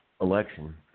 election